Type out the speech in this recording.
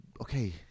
Okay